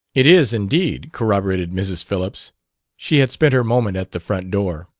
it is indeed, corroborated mrs. phillips she had spent her moment at the front door.